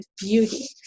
beauty